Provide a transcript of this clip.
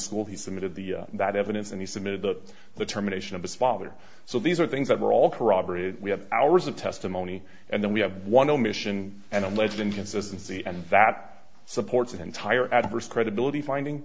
school he submitted the that evidence and he submitted to the terminations of his father so these are things that were all corroborated we have hours of testimony and then we have one omission and alleged inconsistency and that supports an entire adverse credibility finding